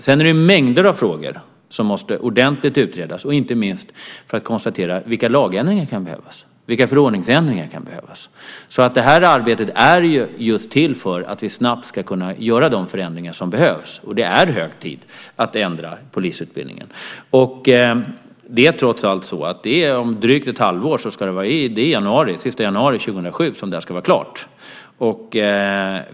Sedan finns det mängder av frågor som måste utredas ordentligt, inte minst för att konstatera vilka lagändringar och förordningsändringar som kan behövas. Detta arbete är just till för att vi snabbt ska kunna göra de förändringar som behövs. Det är hög tid att ändra polisutbildningen. Om drygt ett halvår, den sista januari 2007, ska detta vara klart.